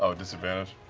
ah disadvantage?